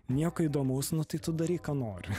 nieko įdomaus nu tai tu daryk ką nori